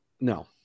No